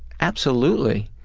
absolutely.